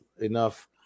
enough